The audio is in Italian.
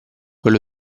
dello